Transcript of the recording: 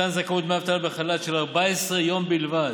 מתן זכאות לדמי אבטלה בחל"ת של 14 יום בלבד,